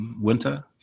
winter